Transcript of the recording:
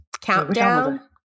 Countdown